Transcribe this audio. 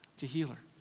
to heal her.